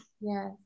Yes